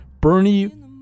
Bernie